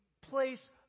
place